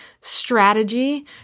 strategy